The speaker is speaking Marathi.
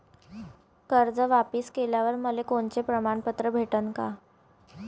कर्ज वापिस केल्यावर मले कोनचे प्रमाणपत्र भेटन का?